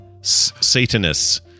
Satanists